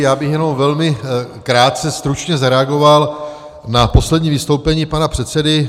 Já bych jenom velmi krátce stručně zareagoval na poslední vystoupení pana předsedy Stanjury.